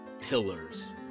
pillars